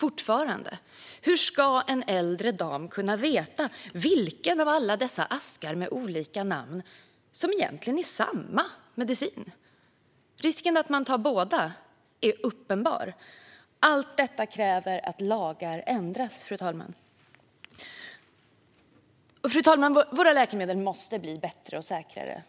Hur ska en äldre dam kunna veta vilka av alla dessa askar med olika namn som egentligen innehåller samma medicin? Risken att man tar båda är uppenbar. Allt detta kräver att lagar ändras, fru talman. Våra läkemedel måste bli bättre och säkrare.